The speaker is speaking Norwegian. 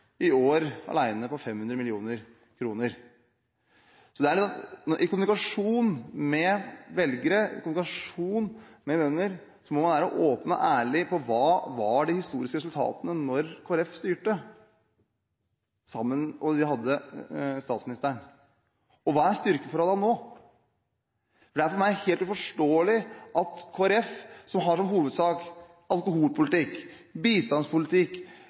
i år 500 mill. kr. I kommunikasjon med velgere og med bønder må man være åpen og ærlig på hva som var de historiske resultatene da Kristelig Folkeparti styrte og hadde statsministeren, og hvordan styrkeforholdene er nå. Det er for meg helt uforståelig at Kristelig Folkeparti, som har som hovedsaker alkoholpolitikk, bistandspolitikk